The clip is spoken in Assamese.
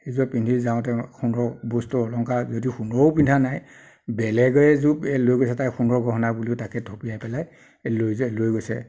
এইযোৰ পিন্ধি যাওঁতে সোণৰ বস্তু অলংকাৰ যদি সোণৰো পিন্ধা নাই বেলেগৰে এযোৰ লৈ গৈছে তাই সোণৰ গহনা বুলি তাকে থপিয়াই পেলাই এই লৈ যায় লৈ গৈছে